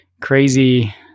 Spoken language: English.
crazy